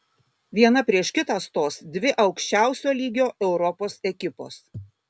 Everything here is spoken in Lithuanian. viena prieš kitą stos dvi aukščiausio lygio europos ekipos